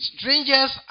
Strangers